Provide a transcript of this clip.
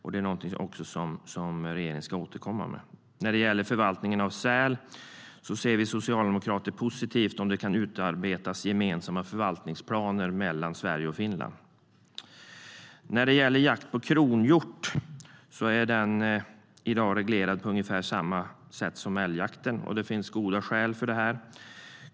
Även det ska regeringen återkomma med. Jakten på kronhjort är i dag reglerad på ungefär samma sätt som älgjakten. Det finns goda skäl för det.